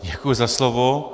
Děkuji za slovo.